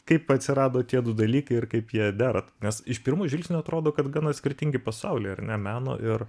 kaip atsirado tie du dalykai ir kaip jie dera nes iš pirmo žvilgsnio atrodo kad gana skirtingi pasauliai ar ne meno ir